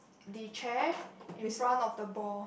the chair in front of the ball